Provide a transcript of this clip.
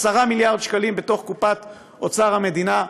10 מיליארד שקלים בתוך קופת אוצר המדינה.